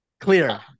clear